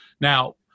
Now